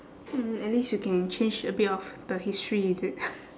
mm at least you can change a bit of the history is it